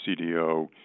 CDO